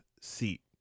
seat